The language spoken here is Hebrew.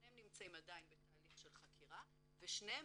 שניהם נמצאים עדיין בתהליך של חקירה ושניהם